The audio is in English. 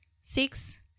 Six